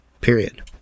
period